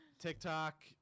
TikTok